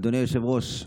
אדוני היושב-ראש,